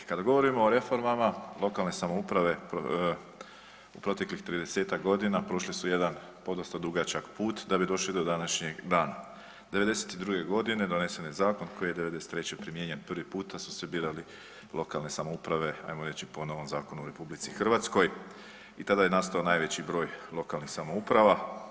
Kada govorimo o reformama lokalne samouprave u proteklih 30-ak godina prošli su jedan podosta dugačak put da bi došli do današnjeg dana. '92.g. donesen je zakon koji je '93. primijenjen, prvi puta su se birali lokalne samouprave ajmo reći po novom zakonu u RH i tada je nastao najveći broj lokalnih samouprava.